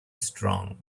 strong